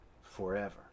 forever